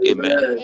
Amen